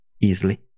easily